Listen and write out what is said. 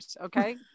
Okay